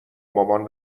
مامان